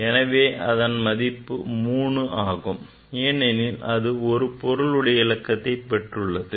எனவே அதன் மதிப்பு 3 ஆகும் ஏனெனில் அது ஒரு பொருளுடைய இலக்கத்தை பெற்றுள்ளது